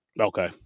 Okay